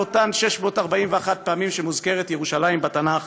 מאותן 641 פעמים שמוזכרת ירושלים בתנ"ך